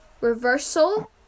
Reversal